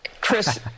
Chris